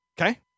Okay